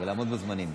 ולעמוד בזמנים.